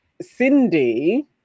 Cindy